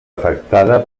afectada